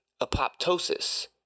apoptosis